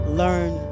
learn